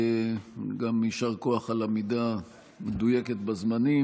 וגם יישר כוח על עמידה מדויקת בזמנים.